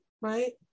right